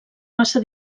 massa